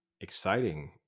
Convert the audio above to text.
exciting